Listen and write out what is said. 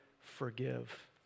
forgive